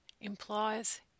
implies